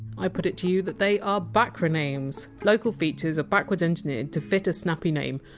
i put it to you that they are backranames local features are backwards-engineered to fit a snappy name,